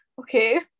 Okay